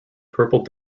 purple